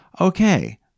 Okay